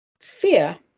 Fear